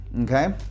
okay